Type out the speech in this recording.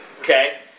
Okay